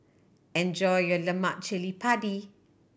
enjoy your lemak cili padi